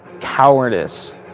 cowardice